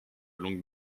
longue